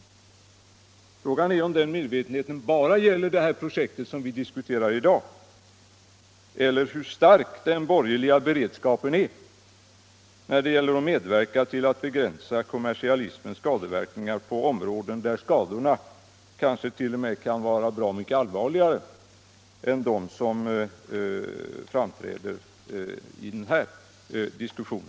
Frågan är om den medveten = 27 april 1976 heten bara gäller det projekt som vi i dag diskuterar, eller hur stark —L den borgerliga beredskapen är när det gäller att medverka till att begränsa — Om åtgärder för att kommersialismens skadeverkningar på områden där skadorna kanske kan = förhindra inspelning bli bra mycket allvarligare än de som framträder i denna diskussion.